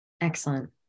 Excellent